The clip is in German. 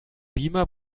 beamer